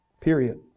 Period